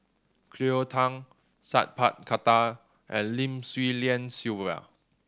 Cleo Thang Sat Pal Khattar and Lim Swee Lian Sylvia